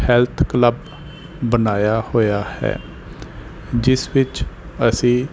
health club ਬਣਾਇਆ ਹੋਇਆ ਹੈ ਜਿਸ ਵਿੱਚ ਅਸੀਂ